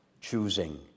choosing